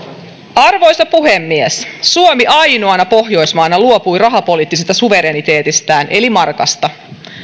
arvoisa puhemies suomi ainoana pohjoismaana luopui rahapoliittisesta suvereniteetistaan eli markasta